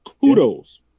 Kudos